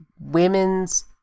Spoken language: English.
women's